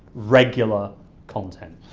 regular content.